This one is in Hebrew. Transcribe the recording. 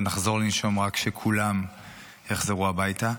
נחזור לנשום רק כשכולם יחזרו הביתה,